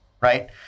right